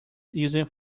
used